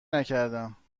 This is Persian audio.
نکردم